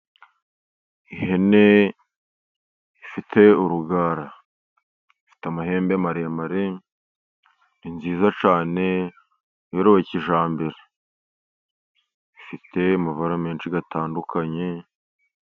Ihene ifite urugara, ifite amahembe maremare. Ni nziza cyane. Yorowe kijyambere, ifite amabara menshi atandukanye.